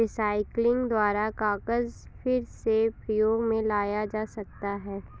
recycling द्वारा कागज फिर से प्रयोग मे लाया जा सकता है